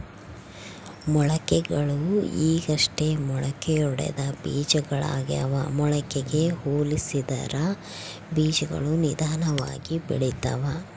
ಮೊಳಕೆಗಳು ಈಗಷ್ಟೇ ಮೊಳಕೆಯೊಡೆದ ಬೀಜಗಳಾಗ್ಯಾವ ಮೊಳಕೆಗೆ ಹೋಲಿಸಿದರ ಬೀಜಗಳು ನಿಧಾನವಾಗಿ ಬೆಳಿತವ